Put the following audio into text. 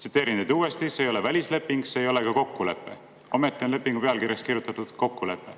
Tsiteerin nüüd uuesti: "See ei ole välisleping, see ei ole ka kokkulepe […]" Ometi on lepingu pealkirja kirjutatud "kokkulepe",